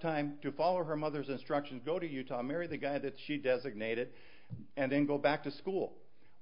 time to follow her mother's instructions go to utah marry the guy that she designated and then go back to school